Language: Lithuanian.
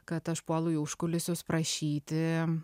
kad aš puolu į užkulisius prašyti